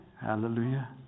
Hallelujah